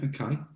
Okay